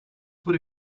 would